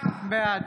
בעד